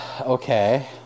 okay